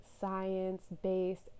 science-based